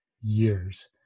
years